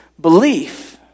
belief